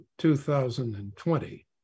2020